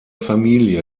familie